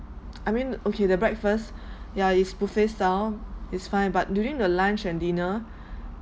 I mean okay the breakfast ya is buffet style is fine but during the lunch and dinner